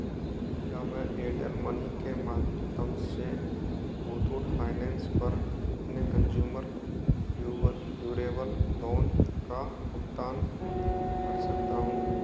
क्या मैं एयरटेल मनी के माध्यम से मुथूट फ़ाइनेंस पर अपने कंज़्यूमर ड्यूरेबल लोन का भुगतान कर सकता हूँ